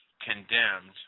condemned